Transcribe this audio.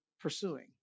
pursuing